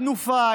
תנופה,